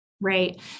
Right